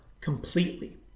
completely